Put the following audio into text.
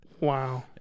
Wow